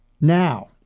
Now